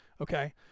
okay